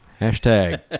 Hashtag